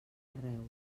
arreu